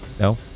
No